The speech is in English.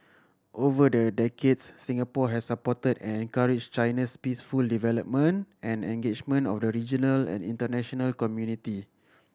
over the decades Singapore has supported and encouraged China's peaceful development and engagement of the regional and international community